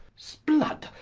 sblud,